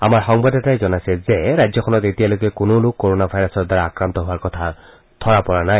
আমাৰ সংবাদদাতাই জনাইছে যে ৰাজ্যখনত এতিয়ালৈকে কোনো লোক কৰনা ভাইৰাছৰ দ্বাৰা আক্ৰান্ত হোৱাৰ কথা ধৰা পৰা নাই